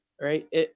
right